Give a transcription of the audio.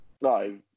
No